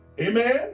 Amen